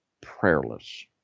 prayerless